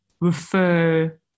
refer